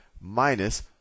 minus